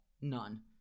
none